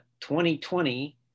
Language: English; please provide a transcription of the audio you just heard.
2020